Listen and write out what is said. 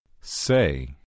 Say